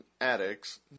addicts